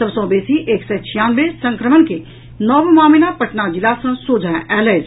सभ सँ बेसी एक सय छियानवे संक्रमण के नव मामिला पटना जिला सँ सोझा आयल अछि